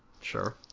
Sure